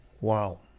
Wow